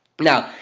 now,